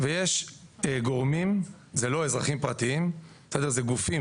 יש גורמים, זה לא אזרחים פרטיים, זה גופים.